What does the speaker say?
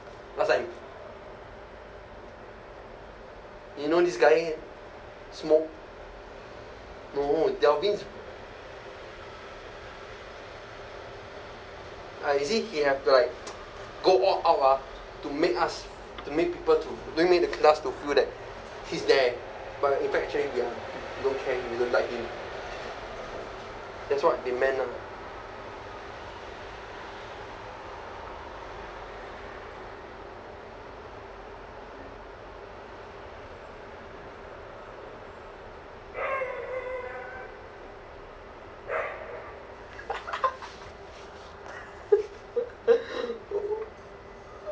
last time you know this guy smoke no delvin's ah you see he have to like go all out ah to make us to make people to make the class to feel that he's there but in fact actually we are we don't care we don't like him that's what they meant ah